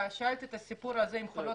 כשהיה הסיפור עם חולת